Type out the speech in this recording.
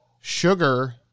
sugar